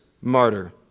martyr